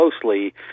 closely